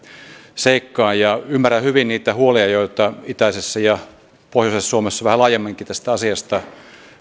seikkaan ja ymmärrän hyvin niitä huolia joita itäisessä ja pohjoisessa suomessa vähän laajemminkin tästä asiasta